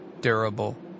durable